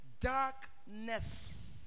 darkness